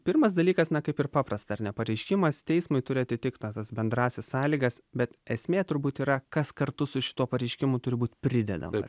pirmas dalykas na kaip ir paprasta ar ne pareiškimas teismui turi atitikt tas bendrąsias sąlygas bet esmė turbūt yra kas kartu su šituo pareiškimu turi būt pridedama